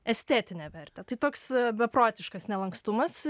estetinę vertę tai toks beprotiškas nelankstumas